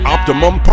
Optimum